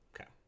Okay